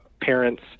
parents